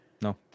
no